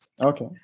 Okay